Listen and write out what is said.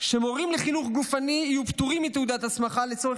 שמורים לחינוך גופני יהיו פטורים מתעודת הסמכה לצורך